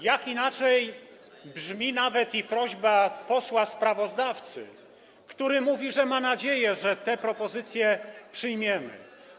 Jak inaczej brzmi prośba posła sprawozdawcy, który mówi, że ma nadzieję, że te propozycje przyjmiemy.